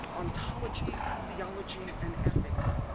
ontology, theology and ethics.